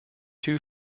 two